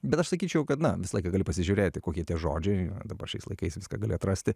bet aš sakyčiau kad na visą laiką gali pasižiūrėti kokie tie žodžiai dabar šiais laikais viską gali atrasti